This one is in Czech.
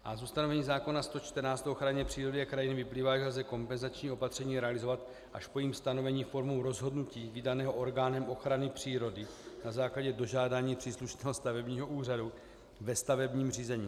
Z ustanovení zákona 114 o ochraně přírody a krajiny vyplývá, že lze kompenzační opatření realizovat až po jejím stanovení formou rozhodnutí vydaného orgánem ochrany přírody na základě dožádání příslušného stavebního úřadu ve stavebním řízení.